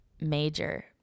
major